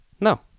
No